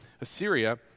Assyria